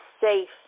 safe